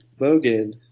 Bogan